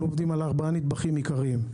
אנחנו עובדים על ארבעה נדבכים עיקריים,